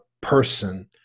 person